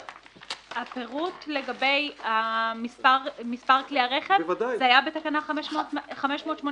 הפירוט לגבי מספר כלי הרכב היה בתקנה 584א,